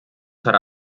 zwar